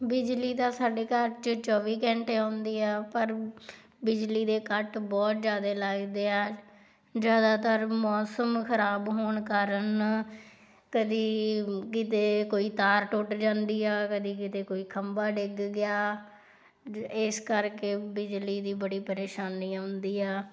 ਬਿਜਲੀ ਦਾ ਸਾਡੇ ਘਰ 'ਚ ਚੌਵੀ ਘੰਟੇ ਆਉਂਦੀ ਆ ਪਰ ਬਿਜਲੀ ਦੇ ਕੱਟ ਬਹੁਤ ਜ਼ਿਆਦਾ ਲੱਗਦੇ ਆ ਜ਼ਿਆਦਾਤਰ ਮੌਸਮ ਖ਼ਰਾਬ ਹੋਣ ਕਾਰਨ ਕਰੀਬ ਕਿਤੇ ਕੋਈ ਤਾਰ ਟੁੱਟ ਜਾਂਦੀ ਆ ਕਦੀ ਕਿਤੇ ਕੋਈ ਖੰਭਾ ਡਿੱਗ ਗਿਆ ਜੇ ਇਸ ਕਰਕੇ ਬਿਜਲੀ ਦੀ ਬੜੀ ਪਰੇਸ਼ਾਨੀ ਆਉਂਦੀ ਆ